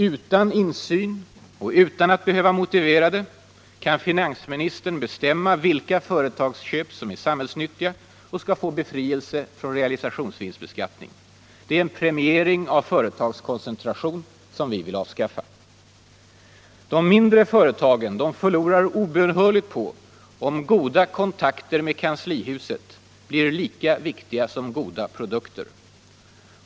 Utan insyn och utan att behöva motivera det kan finansministern bestämma vilka företagsköp som är samhällsnyttiga och skall få befrielse från realisationsvinstbeskattning. Det är en premiering av företagskoncentration som vi vill avskaffa. De mindre företagen förlorar obönhörligt på en ordning där goda kontakter med kanslihuset blir lika viktiga som goda produkter.